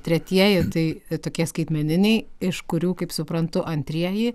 tretieji tai tokie skaitmeniniai iš kurių kaip suprantu antrieji